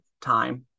time